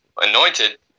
Anointed